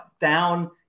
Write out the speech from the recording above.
down